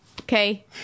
Okay